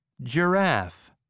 Giraffe